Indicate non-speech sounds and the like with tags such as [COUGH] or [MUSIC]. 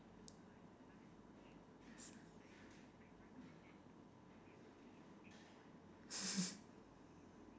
[LAUGHS]